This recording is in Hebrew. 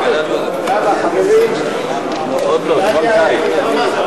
(העלאת סכומי שכר מינימום,